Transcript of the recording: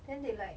then they like